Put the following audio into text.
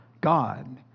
God